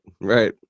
right